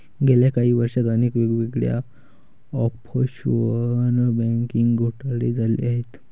गेल्या काही वर्षांत अनेक वेगवेगळे ऑफशोअर बँकिंग घोटाळे झाले आहेत